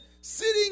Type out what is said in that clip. sitting